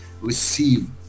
receive